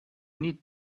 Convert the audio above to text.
need